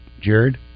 Jared